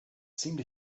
seemed